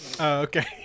Okay